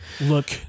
Look